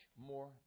more